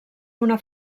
una